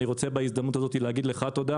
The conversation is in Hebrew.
ואני רוצה בהזדמנות הזאת להגיד לך תודה